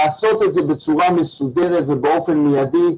לעשות את זה בצורה מסודרת ובאופן מידי.